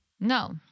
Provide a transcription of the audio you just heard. No